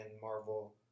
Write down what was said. Marvel